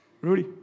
Rudy